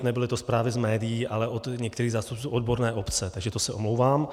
Nebyly to zprávy z médií, ale od některých zástupců odborné obce, takže to se omlouvám.